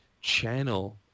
channel